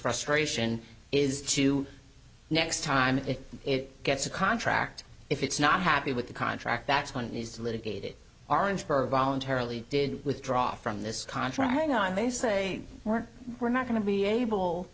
frustration is to next time if it gets a contract if it's not happy with the contract that's one needs to litigate it orangeburg voluntarily did withdraw from this contract hang on they say we're not going to be able